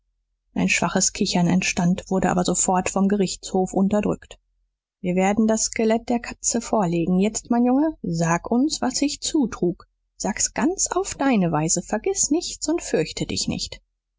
ein schwaches kichern entstand wurde aber sofort vom gerichtshof unterdrückt wir werden das skelett der katze vorlegen jetzt mein junge sag uns was sich zutrug sag's ganz auf deine weise vergiß nichts und fürchte dich nicht